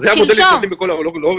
אלה המודלים שיש בכל העולם.